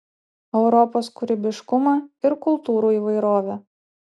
europos kūrybiškumą ir kultūrų įvairovę